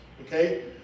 Okay